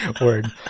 word